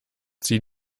zieh